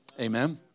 Amen